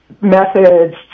methods